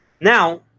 now